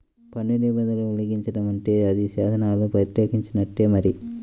పన్ను నిబంధనలను ఉల్లంఘించడం అంటే అది శాసనాలను వ్యతిరేకించినట్టే మరి